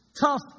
tough